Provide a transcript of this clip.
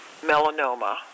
melanoma